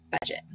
Budget